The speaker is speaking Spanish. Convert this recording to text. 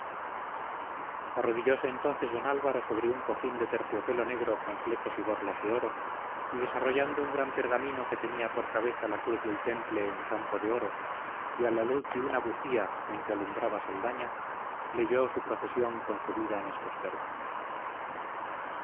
arrodillóse entonces don álvaro sobre un cojín de terciopelo negro con flecos y borlas de oro y desarrollando un gran pergamino que tenía por cabeza la cruz del temple en campo de oro y a la luz de una bujía con que alumbraba saldaña leyó su profesión concebida en estos términos